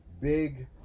big